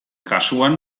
kasuan